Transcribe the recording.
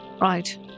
right